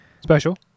special